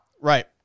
Right